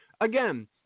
again